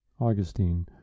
Augustine